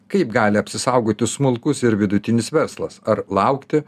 kaip gali apsisaugoti smulkus ir vidutinis verslas ar laukti